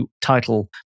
title